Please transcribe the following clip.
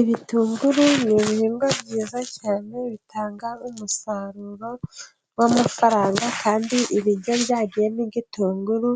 Ibitunguru ni ibihingwa byiza cyane bitanga umusaruro w'amafaranga, kandi ibiryo byagiyemo igitunguru